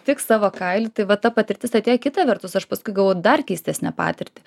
tik savo kailiu tai va ta patirtis atėjo kita vertus aš paskui gavau dar keistesnę patirtį